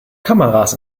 kameras